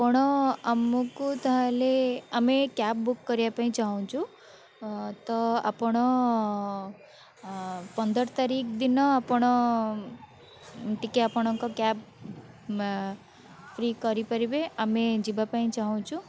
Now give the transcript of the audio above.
ଆପଣ ଆମକୁ ତାହେଲେ ଆମେ କ୍ୟାବ୍ ବୁକ୍ କରିବାପାଇଁ ଚାହୁଁଛୁ ତ ଆପଣ ପନ୍ଦର ତାରିଖ ଦିନ ଆପଣ ଟିକେ ଆପଣଙ୍କ କ୍ୟାବ୍ ଫ୍ରି କରିପାରିବେ ଆମେ ଯିବାପାଇଁ ଚାହୁଁଛୁ